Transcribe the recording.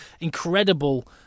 incredible